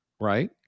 right